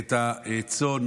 את הצאן